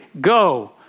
Go